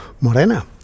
Morena